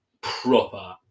proper